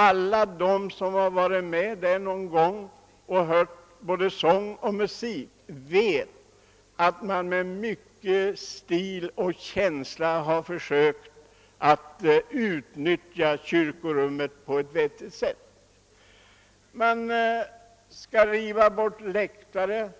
Alla de som någon gång närvarit vid sångoch musikstunder i Uppsala domkyrka vet att man med mycken stil och känsla för kyrkorummet försökt utnyttja detta på ett vettigt sätt. Man skall vidare riva bort läktare,